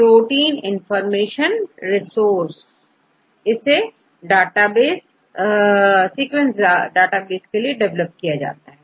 छात्र Protein Information Resource इसे sequence database के लिए डिवेलप किया गया है